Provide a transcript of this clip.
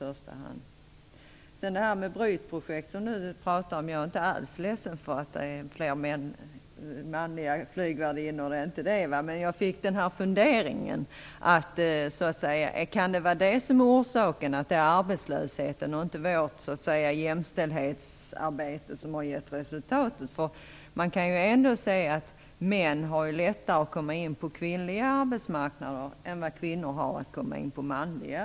Jag är inte alls ledsen för att det blir flera manliga flygvärdinnor. Jag bara undrade om det är arbetslösheten och inte vårt jämställdhetsarbete som är orsaken. Män har ändock lättare att komma in på kvinnliga arbetsmarknader än vad kvinnor har att komma in på manliga.